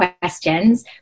questions